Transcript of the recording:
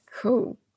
Cool